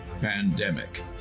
Pandemic